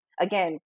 again